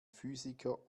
physiker